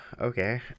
Okay